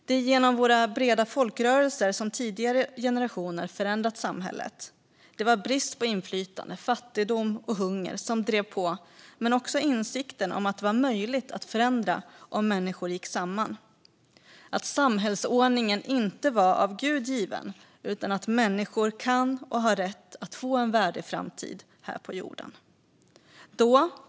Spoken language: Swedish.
Det är genom våra breda folkrörelser som tidigare generationer har förändrat samhället. Det var fattigdom, hunger och brist på inflytande som drev på detta, men också insikten om att det var möjligt att förändra om människor gick samman och om att samhällsordningen inte var av Gud given utan att människor kan och har rätt att få en värdig framtid här på jorden.